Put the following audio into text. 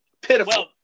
pitiful